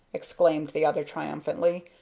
exclaimed the other, triumphantly,